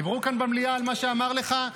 דיברו כאן במליאה על מה שאמר לך?